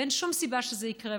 ואין שום סיבה שזה יקרה.